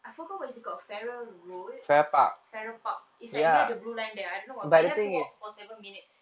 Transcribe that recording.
I forgot what is it called farrer road farrer park is like near the blue line there I don't know what but you have to walk for seven minutes